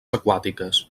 aquàtiques